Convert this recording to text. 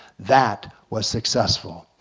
that was successful.